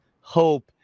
hope